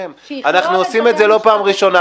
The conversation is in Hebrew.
אנחנו עושים את זה לא בפעם הראשונה.